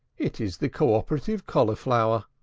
it is the co-operative cauliflower!